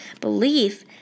belief